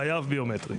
חייב ביומטרי.